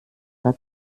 war